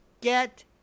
get